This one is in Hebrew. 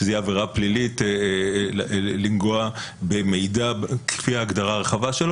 שזה יהיה עבירה פלילית לנגוע במידע כפי ההגדרה הרחבה שלו.